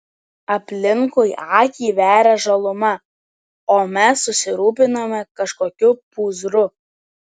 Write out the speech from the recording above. aplinkui akį veria žaluma o mes susirūpinome kažkokiu pūzru